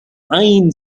fine